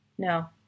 No